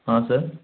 हाँ सर